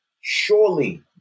surely